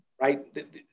right